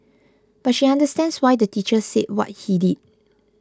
but she understands why the teacher said what he did